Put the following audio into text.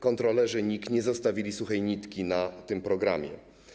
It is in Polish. kontrolerzy NIK nie zostawili suchej nitki na tym programie.